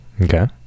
Okay